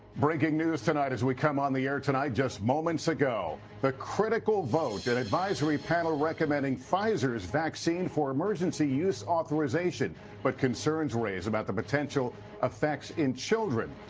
breaking news tonight as we come on the air, tonight just moments ago, the critical vote, an and advisory panel recommending pfizer's vaccine for emergency use authorization but concerns raised about the potential effects in children.